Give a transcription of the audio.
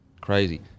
Crazy